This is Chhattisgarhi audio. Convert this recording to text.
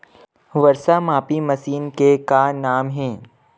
वर्षा मापी मशीन के का नाम हे?